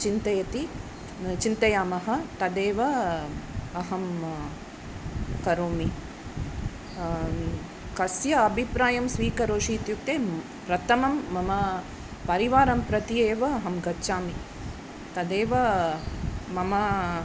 चिन्तयति चिन्तयामः तदेव अहं करोमि कस्य अभिप्रायं स्वीकरोषि इत्युक्ते प्रथमं मम परिवारं प्रत्येव अहं गच्छामि तदेव मम